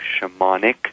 shamanic